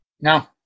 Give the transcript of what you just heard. No